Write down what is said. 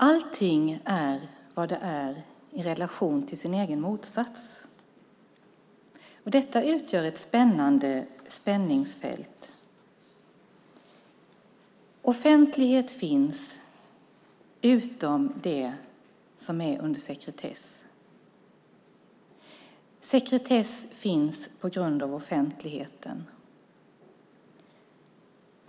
Allting är vad det är i relation till sin egen motsats. Detta utgör ett spännande spänningsfält. Offentlighet finns, utom i det som är under sekretess. Sekretess finns på grund av offentligheten.